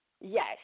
Yes